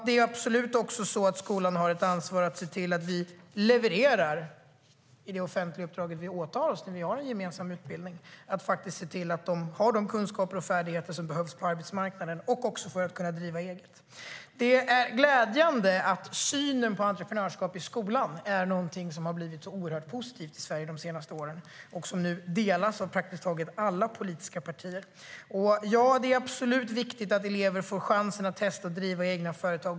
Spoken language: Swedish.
Dels ska skolan ha ett ansvar att leverera det offentliga uppdraget om gemensam utbildning och se till att elever får de kunskaper och färdigheter som behövs på arbetsmarknaden, även för att driva eget företag. Det är glädjande att synen på entreprenörskap i skolan har blivit oerhört positivt i Sverige de senaste åren. Det instämmer praktiskt taget alla politiska partier i. Ja, det är absolut viktigt att elever får chansen att testa och driva egna företag.